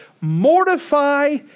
mortify